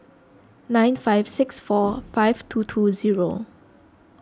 nine five six four five two two zero